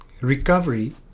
recovery